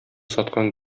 саткан